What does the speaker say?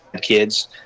kids